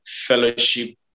Fellowship